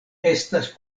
estas